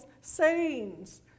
sayings